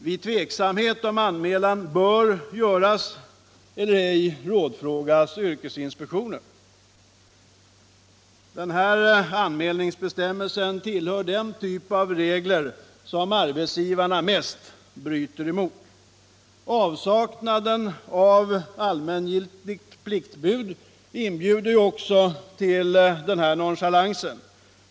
Vid tveksamhet om anmälan bör göras eller ej rådfrågas yrkesinspektionen.” Den här anmälningsbestämmelsen tillhör den typ av regler som arbetsgivarna mest bryter mot. Avsaknaden av ett allmängiltigt pliktbud inbjuder ju också till denna nonchalans.